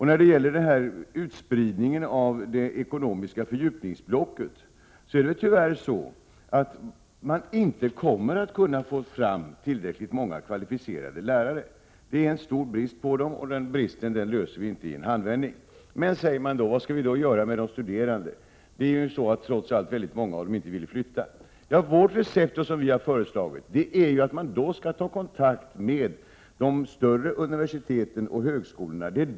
När det gäller utspridningen av det ekonomiska fördjupningsblocket kommer man tyvärr inte att kunna få fram tillräckligt många kvalificerade lärare. Det är stor brist på dem, och den bristen löser vi inte i en handvändning. Men, frågar man sig, vad skall vi göra med de studerande? Trots allt är det många som inte vill flytta. Vårt recept är att man då skall ta kontakt med de större universiteten och högskolorna.